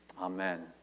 Amen